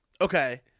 okay